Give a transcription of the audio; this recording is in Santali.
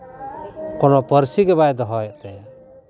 ᱠᱚᱱᱳ ᱯᱟᱹᱨᱥᱤ ᱜᱮ ᱵᱟᱭ ᱫᱚᱦᱚᱭᱮᱜ ᱛᱟᱭᱟ